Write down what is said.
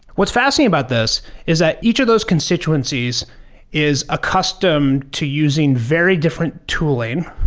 what's fascinating about this is that each of those constituencies is accustomed to using very different tooling